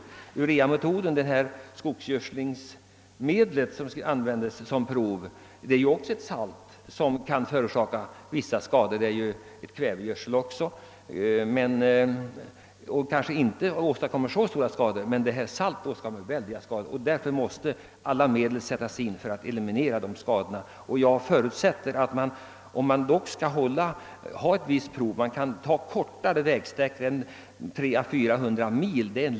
Skogsgödslingsmedlet urea — ett kvävegödsel — som används på prov är emellertid också ett salt som kan förorsaka vissa skador även om de kanske inte är så stora. Det vanliga vägsaltet åstadkommer däremot väldiga skador, och därför måste alla medel sättas in för att eliminera dessa. Jag förutsätter att man, om vissa prov skall företagas, kan välja kortare vägsträckor än 300 å 400 mil.